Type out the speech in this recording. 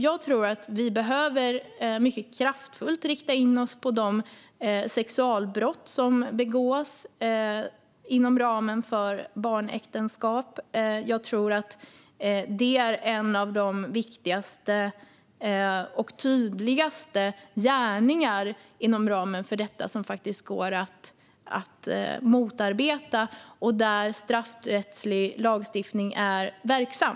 Jag tror att vi mycket kraftfullt behöver rikta in oss på de sexualbrott som begås inom ramen för barnäktenskap. Det är en av de viktigaste och tydligaste gärningar inom ramen för detta som faktiskt går att motarbeta och där straffrättslig lagstiftning är verksam.